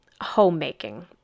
homemaking